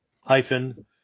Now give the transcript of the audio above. hyphen